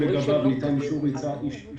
גם לגביו ניתן אישור היוועצות